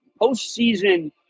postseason